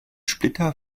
splitter